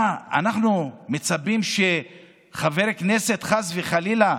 אנחנו מצפים שחבר הכנסת, חס וחלילה,